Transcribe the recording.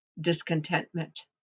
discontentment